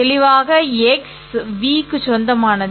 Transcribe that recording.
தெளிவாக ́x ́v க்கு சொந்தமானது